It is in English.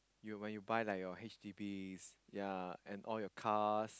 you when you buy like your H_D_Bs ya and all your cars